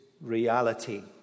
reality